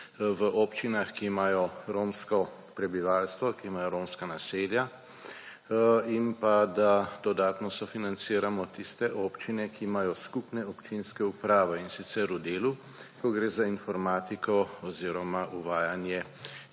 v občinah, ki imajo romsko prebivalstvo, ki imajo romska naselja, in pa da dodatno sofinanciramo tiste občine, ki imajo skupne občinske uprave, in sicer v delu, ko gre za informatiko oziroma uvajanje